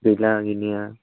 गैला गैनाया